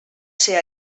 ser